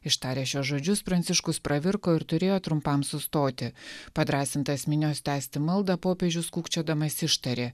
ištaręs šiuos žodžius pranciškus pravirko ir turėjo trumpam sustoti padrąsintas minios tęsti maldą popiežius kūkčiodamas ištarė